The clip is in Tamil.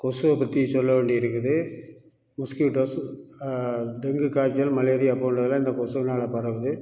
கொசுவை பற்றி சொல்ல வேண்டி இருக்குது மஸ்கிட்டோஸ் டெங்கு காய்ச்சல் மலேரியா போன்றவைலாம் இந்த கொசுவினால பரவுது